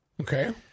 Okay